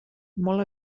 molt